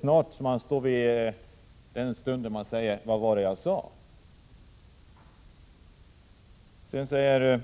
Snart kommer den stund då man säger: Vad var det jag sade?